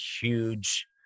huge